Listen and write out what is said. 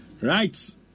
Right